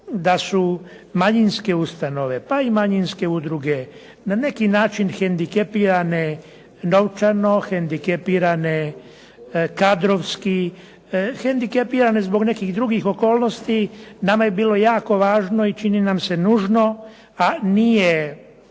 da su manjinske ustanove, pa i manjinske udruge na neki način hendikepirane novčano, hendikepirane kadrovski, hendikepirane zbog nekih drugih okolnosti nama je bilo jako važno i čini mi se nužno, nije